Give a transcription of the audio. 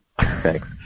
Thanks